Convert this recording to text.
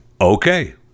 Okay